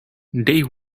they